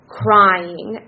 crying